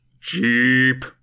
Jeep